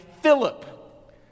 Philip